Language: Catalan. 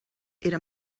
era